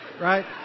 Right